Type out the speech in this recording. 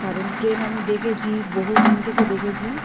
কারণ ট্রেন আমি দেখেছি বহু দিন থেকে দেখেছি